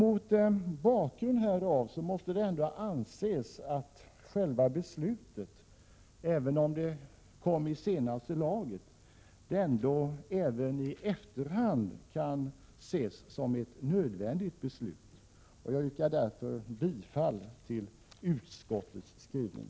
Mot bakgrund härav måste det ändå anses att själva beslutet, även om det kom i senaste laget, var nödvändigt. Jag yrkar bifall till utskottets förslag.